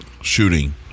shooting